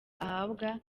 ahabwa